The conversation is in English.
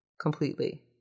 completely